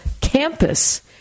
campus